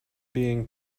being